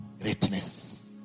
greatness